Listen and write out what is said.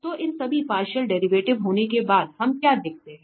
तो इन सभी पार्शियल डेरिवेटिव होने के बाद हम क्या देखते हैं